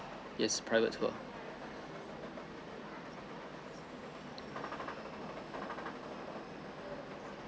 yes private tour